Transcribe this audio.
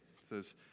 says